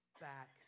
back